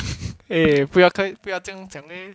eh 不要不要这样讲 leh